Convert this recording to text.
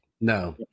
no